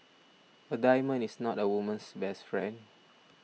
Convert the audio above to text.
a diamond is not a woman's best friend